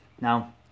Now